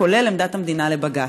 כולל עמדת המדינה לבג"ץ?